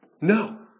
No